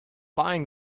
buying